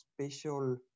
special